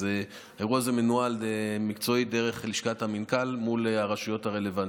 אז אירוע זה מנוהל מקצועית דרך לשכת המנכ"ל מול הרשויות הרלוונטיות.